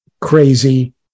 crazy